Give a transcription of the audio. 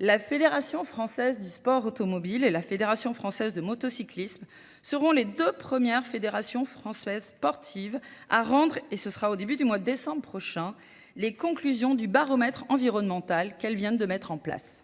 la Fédération française du sport automobile et la Fédération française de motocyclisme seront les deux premières fédérations françaises sportives à rendre, et ce sera au début du mois de décembre prochain, les conclusions du baromètre environnemental qu'elles viennent de mettre en place.